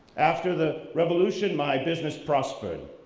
after the revolution my business prospered,